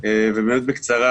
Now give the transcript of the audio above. בפתיח של כל הדיון.